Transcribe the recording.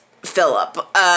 Philip